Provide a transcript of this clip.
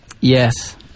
Yes